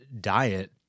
diet